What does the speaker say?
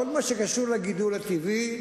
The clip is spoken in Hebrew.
בכל מה שקשור לגידול הטבעי,